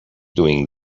doing